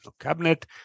cabinet